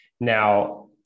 Now